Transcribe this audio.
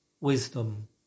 Wisdom